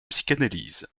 psychanalyse